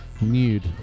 nude